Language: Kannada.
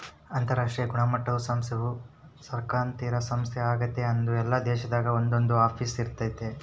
ಅಂತರಾಷ್ಟ್ರೀಯ ಗುಣಮಟ್ಟುದ ಸಂಸ್ಥೆಯು ಸರ್ಕಾರೇತರ ಸಂಸ್ಥೆ ಆಗೆತೆ ಅದು ಎಲ್ಲಾ ದೇಶದಾಗ ಒಂದೊಂದು ಆಫೀಸ್ ಇರ್ತತೆ